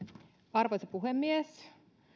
arvoisa puhemies